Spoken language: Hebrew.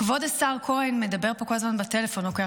כבוד השר כהן מדבר פה בטלפון כל הזמן.